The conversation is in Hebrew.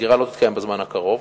הסגירה לא תתקיים בזמן הקרוב